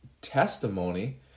testimony